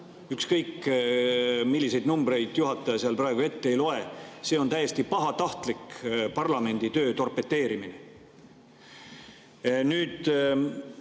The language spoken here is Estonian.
Ükskõik, milliseid numbreid juhataja seal praegu ette ei loe, see on täiesti pahatahtlik parlamendi töö torpedeerimine. Nüüd,